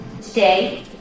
Today